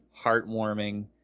heartwarming